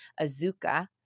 Azuka